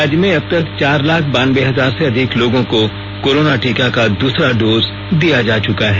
राज्य में अब तक चार लाख बानवे हजार से अधिक लोगों को कोरोना टीका का दूसरा डोज दिया जा चुका है